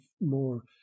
more